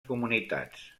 comunitats